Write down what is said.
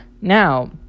Now